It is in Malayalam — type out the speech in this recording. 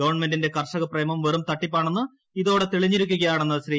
ഗവൺമെന്റിന്റെ കർഷക പ്രേമം വെറും തട്ടിപ്പാണെന്ന് ഇതോടെ തെളിഞ്ഞിരിക്കുകയാണെന്ന് ശ്രീ